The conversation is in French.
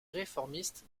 réformiste